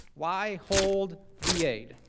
why hold the aid?